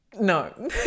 No